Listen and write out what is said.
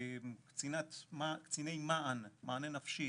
קציני מענה נפשי